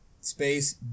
space